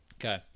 Okay